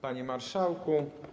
Panie Marszałku!